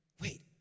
wait